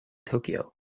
tokyo